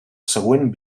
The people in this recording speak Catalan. següent